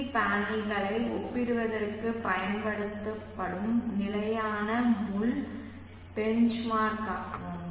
we பேனல்களை ஒப்பிடுவதற்குப் பயன்படுத்தப்படும் நிலையான முள் பெஞ்ச்மார்க் ஆகும்